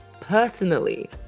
personally